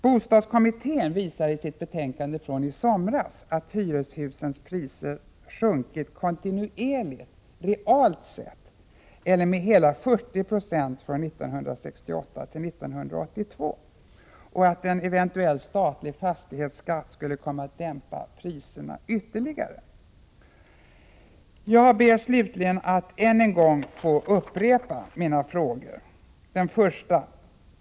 Bostadskommittén visade i sitt betänkande från i somras att hyreshusens priser sjunkit kontinuerligt realt sett eller med hela 40 96 från år 1968 till år 1982 och att en eventuell statlig fastighetsskatt skulle komma att dämpa priserna ytterligare. Jag ber slutligen att än en gång få upprepa mina frågor: 1.